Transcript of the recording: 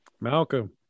Malcolm